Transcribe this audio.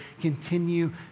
continue